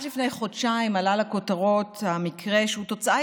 רק לפני חודשיים עלה לכותרות מקרה שהוא תוצאה